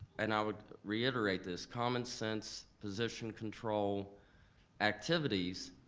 and i would reiterate this, common sense position control activities,